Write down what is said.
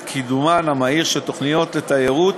את קידומן המהיר של תוכניות לתיירות